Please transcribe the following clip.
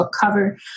cover